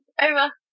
over